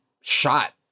shot